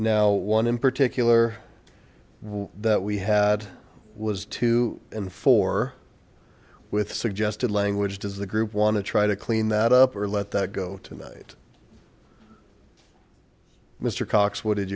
now one in particular that we had was two in four with suggested language does the group want to try to clean that up or let that go tonight mr cox what did